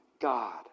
God